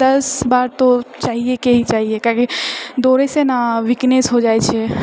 दश बार तो चाहिए के ही चाहिए काहेकि दौड़ैसँ ने वीकनेस हो जाइत छै